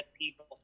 people